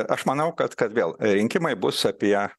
aš manau kad kad vėl rinkimai bus apie